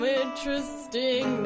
interesting